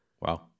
Wow